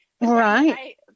Right